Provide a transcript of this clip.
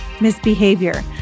misbehavior